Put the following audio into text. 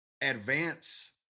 advance